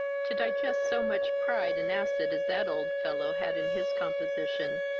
to digest so much pride and acid as that old fellow had in his composition.